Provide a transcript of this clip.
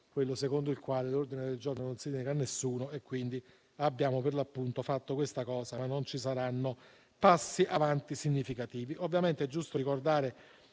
adagio, secondo il quale un ordine del giorno non si nega a nessuno e, quindi, abbiamo fatto questa cosa ma non ci saranno passi avanti significativi. Ovviamente è giusto ricordare